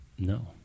No